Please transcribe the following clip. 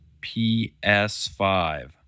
PS5